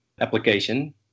application